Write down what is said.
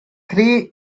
three